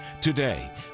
Today